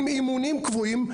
עם אימונים קבועים.